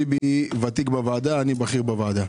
טיבי ותיק בוועדה, אני בכיר בוועדה.